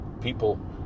people